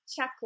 checklist